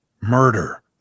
murder